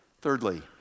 Thirdly